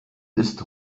ist